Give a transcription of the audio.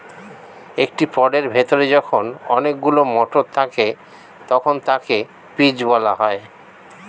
একটি পডের ভেতরে যখন অনেকগুলো মটর থাকে তখন তাকে পিজ বলা হয়